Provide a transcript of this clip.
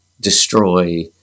destroy